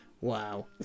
Wow